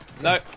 no